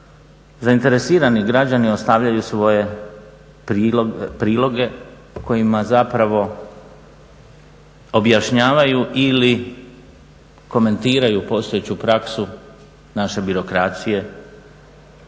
zainteresirani građani ostavljaju svoje priloge u kojima zapravo objašnjavaju ili komentiraju postojeću praksu naše birokracije